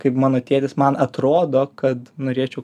kaip mano tėtis man atrodo kad norėčiau